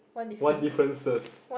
one differences